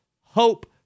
hope